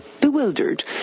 bewildered